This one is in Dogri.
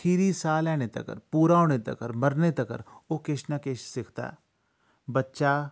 खीरी साह् लैने तगर पूरा होने तगर मरने तगर ओह् किश न किश सिखदा ऐ बच्चा